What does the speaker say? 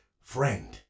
friend